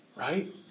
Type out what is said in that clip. Right